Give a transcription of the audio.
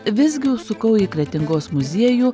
visgi užsukau į kretingos muziejų